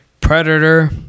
Predator